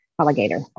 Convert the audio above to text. alligator